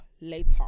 later